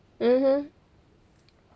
mmhmm